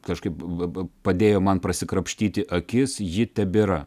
kažkaip lab padėjo man prasikrapštyti akis ji tebėra